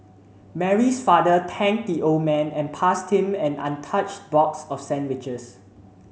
Mary's father thanked the old man and passed him an untouched box of sandwiches